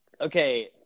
Okay